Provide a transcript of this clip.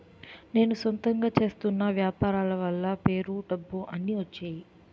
నేను సొంతంగా చేస్తున్న వ్యాపారాల వల్ల పేరు డబ్బు అన్ని వచ్చేయి